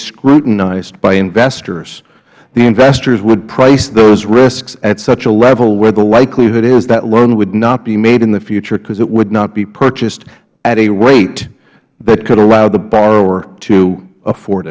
scrutinized by investors the investors would price those risks at such a level where the likelihood is that loan would not be made in the future because it would not be purchased at a rate that could allow the borrower to afford